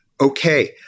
okay